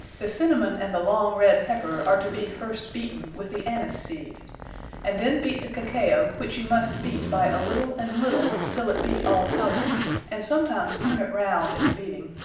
the cinamon, and the long red pepper are to be first beaten, with the annis-seed and then beate the cacao, which you must beate by a little and little, till it be all powdred and sometimes turne it round in the beating,